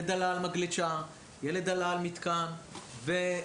מגלשה או מתקן,